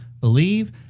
believe